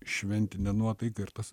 šventinė nuotaika ir tas